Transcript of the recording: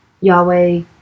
Yahweh